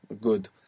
Good